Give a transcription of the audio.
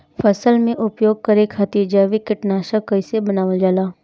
फसल में उपयोग करे खातिर जैविक कीटनाशक कइसे बनावल जाला?